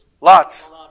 Lots